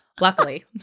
Luckily